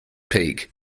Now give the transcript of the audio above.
peak